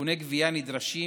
לתיקוני גבייה נדרשים